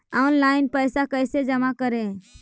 Online पैसा कैसे जमा करे?